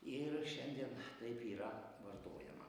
ir šiandien taip yra vartojama